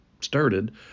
started